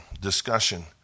discussion